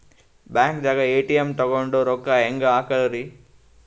ಬ್ಯಾಂಕ್ದಾಗ ಎ.ಟಿ.ಎಂ ತಗೊಂಡ್ ರೊಕ್ಕ ಹೆಂಗ್ ಹಾಕದ್ರಿ?